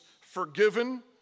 forgiven